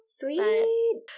sweet